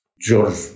George